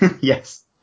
Yes